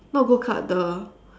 not go kart the